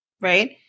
right